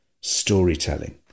storytelling